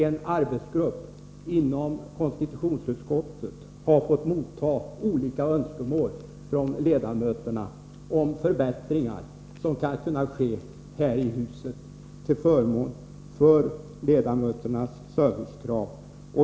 En arbetsgrupp inom konstitutionsutskottet har fått motta olika önskemål från ledamöterna om förbättringar som skall kunna ske här i huset till förmån för ledamöternas servicekrav.